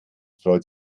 freut